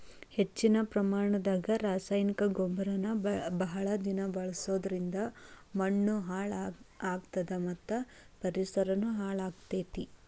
ಹೆಚ್ಚಿನ ಪ್ರಮಾಣದಾಗ ರಾಸಾಯನಿಕ ಗೊಬ್ಬರನ ಬಹಳ ದಿನ ಬಳಸೋದರಿಂದ ಮಣ್ಣೂ ಹಾಳ್ ಆಗ್ತದ ಮತ್ತ ಪರಿಸರನು ಹಾಳ್ ಆಗ್ತೇತಿ